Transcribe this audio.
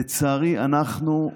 לצערי, אנחנו,